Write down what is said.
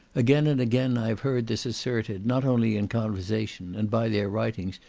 again and again i have heard this asserted, not only in conversation, and by their writings,